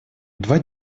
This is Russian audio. два